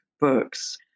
books